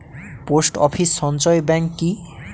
Post office সঞ্চয় bank কি?